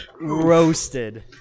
Roasted